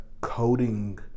coding